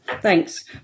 Thanks